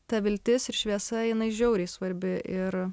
ta viltis ir šviesa jinai žiauriai svarbi ir